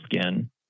skin